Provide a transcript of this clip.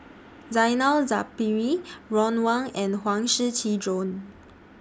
Zainal Sapari Ron Wong and Huang Shiqi Joan